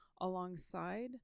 alongside